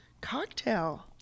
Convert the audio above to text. cocktail